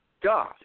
God